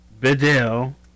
Bedell